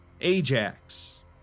Ajax